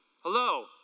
hello